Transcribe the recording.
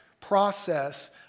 process